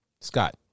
Scott